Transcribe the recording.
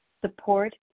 support